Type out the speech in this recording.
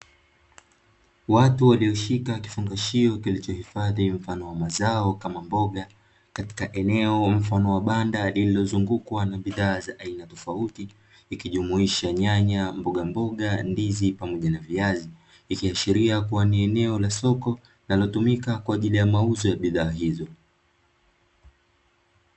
Watu walioshika kifungashio kilichohifadhi mfano wa mazao kama mboga katika eneo mfano wa banda lililozungukwa na bidhaa za aina tofauti, likijumuhisha nyanya, mbogamboga, ndizi pamoja na viazi, ikiashiria kuwa ni eneo la soko linaloitumika kwa ajili ya mauzo ya bidhaa hizo.